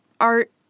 art